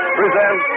present